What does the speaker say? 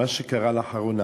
מה שקרה לאחרונה,